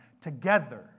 Together